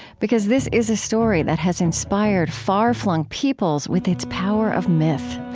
because this is a story that has inspired far-flung peoples with its power of myth.